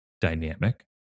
dynamic